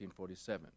1947